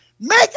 Make